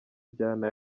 injyana